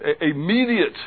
immediate